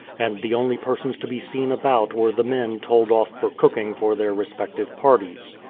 and the only persons to be seen about were the men told off for cooking for their respective parties.